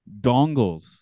dongles